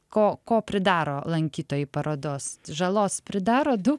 ko ko pridaro lankytojai parodos žalos pridaro daug